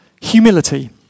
humility